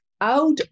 out